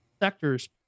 sectors